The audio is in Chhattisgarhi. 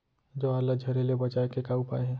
ज्वार ला झरे ले बचाए के का उपाय हे?